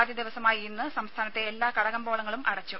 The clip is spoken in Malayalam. ആദ്യ ദിവസമായ ഇന്ന് സംസ്ഥാനത്തെ എല്ലാ കട കമ്പോളങ്ങളും അടച്ചു